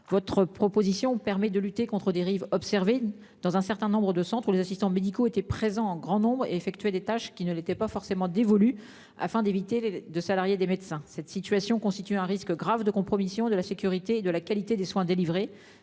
votre proposition permet de lutter contres dérives observées dans un certain nombre de centres ou les assistants médicaux étaient présents en grand nombre et effectuer des tâches qui ne l'étaient pas forcément dévolue afin d'éviter les de salariés des médecins. Cette situation constitue un risque grave de compromission de la sécurité et de la qualité des soins délivrés